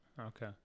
Okay